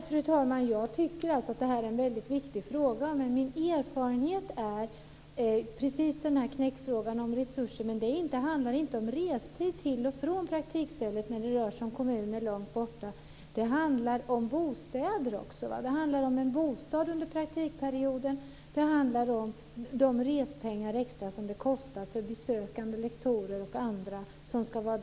Fru talman! Jag tycker att det är en viktig fråga. Min erfarenhet är att knäckfrågan handlar om resurser. Det rör sig inte om restid till praktikställen i kommuner som ligger långt borta utan också om bostäder. Det blir kostnader för en bostad under praktikperioden och extra respengar för besökande lektorer och andra.